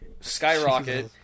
skyrocket